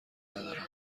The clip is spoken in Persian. ندارم